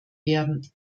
werden